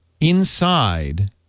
inside